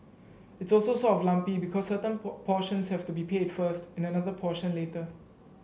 it's also sort of lumpy certain portions have to be paid first and another portion later